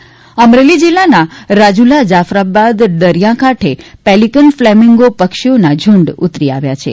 flamingo Amreli જિલ્લાના રાજુલા જાફરાબાદ દરિયાકાંઠે pelican flamingo પક્ષીઓના ઝુંડ ઉતરી આવ્યા છે